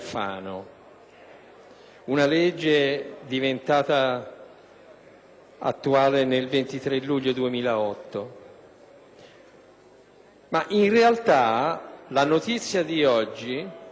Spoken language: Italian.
una legge diventata tale nel 23 luglio 2008, ma, in realtà, la notizia di oggi